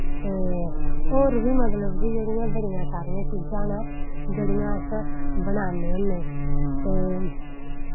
ते होर बी मतलव कि जेह्ड़ियां बड़ियां सारियां चीजां न जेह्ड़ियां अस बनान्ने होन्ने ते